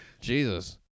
Jesus